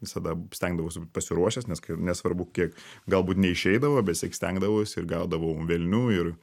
visada stengdavausi būt pasiruošęs nes nesvarbu kiek galbūt neišeidavo bet vis tiek stengdavausi ir gaudavau velnių ir